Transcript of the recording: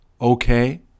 okay